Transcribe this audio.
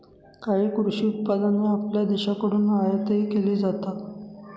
काही कृषी उत्पादने आपल्या देशाकडून आयातही केली जातात